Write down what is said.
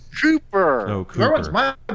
Cooper